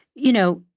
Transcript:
you know,